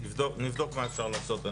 נבדוק מה אפשר לעשות.